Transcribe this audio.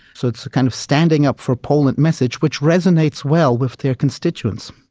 so it's a kind of standing up for poland message, which resonates well with their constituents.